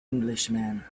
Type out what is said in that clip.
englishman